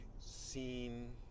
Seen